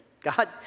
God